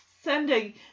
sending